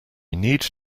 need